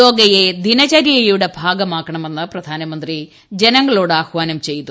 യോഗയെ ദിനചരൃയുടെ ഭാഗമാക്കണമെന്ന് പ്രധാനമന്ത്രി ജനങ്ങളോട് ആഹ്വാനം ചെയ്തു